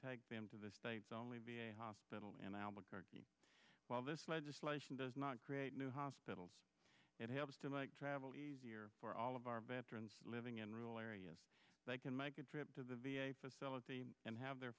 take them to the states only be a hospital in albuquerque while this legislation does not create new hospitals it helps to like travel easier for all of our veterans living in rural areas they can make a trip to the v a facility and have their